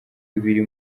bibiri